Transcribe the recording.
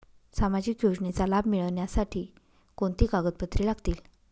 सामाजिक योजनेचा लाभ मिळण्यासाठी कोणती कागदपत्रे लागतील?